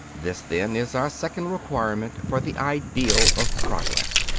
this, then, is our second requirement for the ideal of progress.